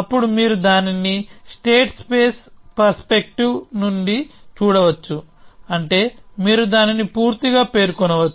అప్పుడు మీరు దానిని స్టేట్ స్పేస్ పర్స్పెక్టివ్ నుండి చూడవచ్చు అంటే మీరు దానిని పూర్తిగా పేర్కొనవచ్చు